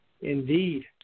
Indeed